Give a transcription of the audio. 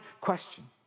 question